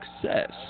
success